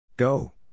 Go